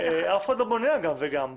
אף אחד לא בונה על גם וגם.